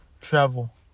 travel